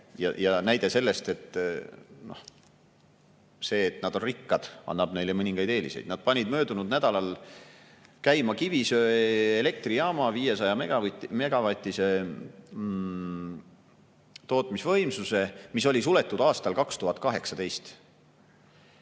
näide. See, et nad on rikkad, annab neile mõningaid eeliseid. Nad panid möödunud nädalal käima kivisöeelektrijaama 500‑megavatise tootmisvõimsuse, mis suleti aastal 2018.